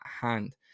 hand